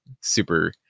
super